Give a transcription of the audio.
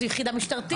זו יחידה משטרתית.